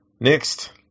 next